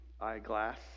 eyeglass